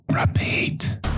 repeat